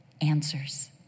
answers